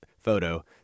photo